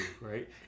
right